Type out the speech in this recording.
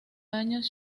años